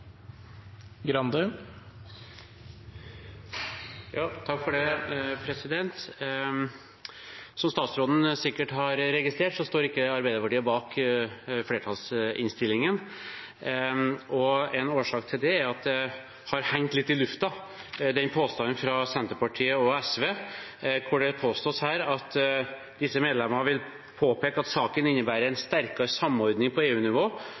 Som statsråden sikkert har registrert, står ikke Arbeiderpartiet bak flertallsinnstillingen. En årsak til det er at det har hengt litt i luften en påstand fra Senterpartiet og SV, der det sies: «Videre vil disse medlemmer påpeke at saken innebærer en sterkere samordning på